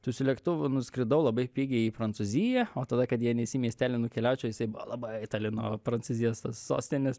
su su lėktuvu nuskridau labai pigiai į prancūziją o tada kad į annecy miestelį nukeliaučiau jisai buvo labai toli nuo prancūzijos sos sostinės